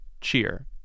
Cheer